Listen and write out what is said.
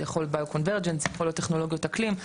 זה יכול להיות --- יכול להיות טכנולוגיות אקלים,